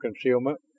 concealment